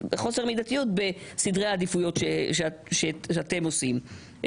חוסר מידתיות בסדרי העדיפויות שאתם עושים.